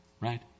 right